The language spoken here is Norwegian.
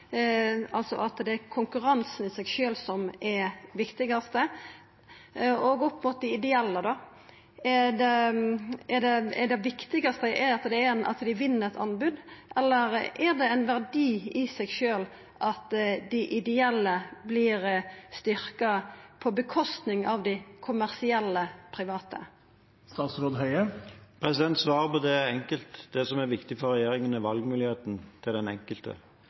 altså at det er konkurransen i seg sjølv som er det viktigaste? Og når det gjeld dei ideelle, er det viktigast at dei vinn eit anbod? Eller er det ein verdi i seg sjølv at dei ideelle vert styrkte på kostnad av dei kommersielle private? Svaret på det er enkelt: Det som er viktig for regjeringen, er valgmuligheten til den enkelte,